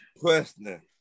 question